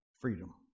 freedom